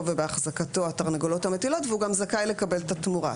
ובאחזקתו התרנגולות המטילות והוא גם זכאי לקבל את התמורה.